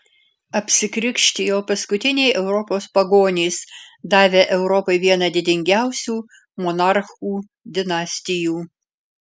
apsikrikštijo paskutiniai europos pagonys davę europai vieną didingiausių monarchų dinastijų